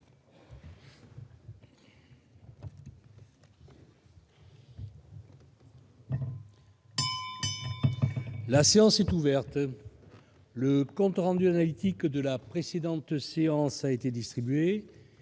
La séance est ouverte. Le compte rendu analytique de la précédente séance a été distribué,